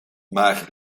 maar